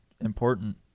important